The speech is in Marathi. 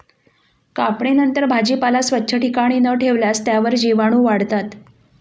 कापणीनंतर भाजीपाला स्वच्छ ठिकाणी न ठेवल्यास त्यावर जीवाणूवाढतात